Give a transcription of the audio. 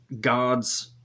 God's